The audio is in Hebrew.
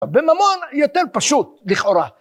בממון יותר פשוט, לכאורה.